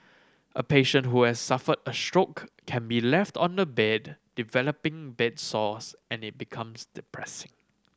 a patient who has suffered a stroke can be left on the bed developing bed sores and it becomes depressing